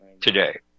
today